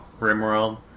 Rimworld